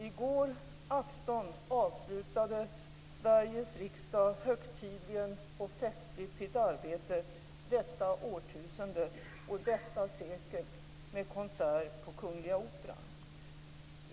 I går afton avslutade Sveriges riksdag högtidligen - och festligt - sitt arbete detta årtusende och detta sekel med konsert på Kungliga Operan.